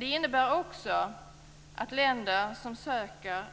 Det innebär också att de länder som söker